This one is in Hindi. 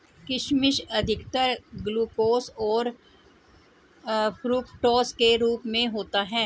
किशमिश अधिकतर ग्लूकोस और फ़्रूक्टोस के रूप में होता है